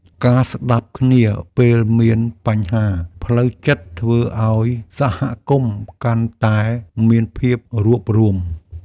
ការស្ដាប់គ្នាពេលមានបញ្ហាផ្លូវចិត្តធ្វើឱ្យសហគមន៍កាន់តែមានភាពរួបរួម។